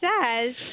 says